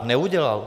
Neudělal.